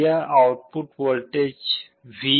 यह output voltage V